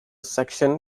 section